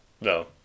No